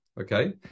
Okay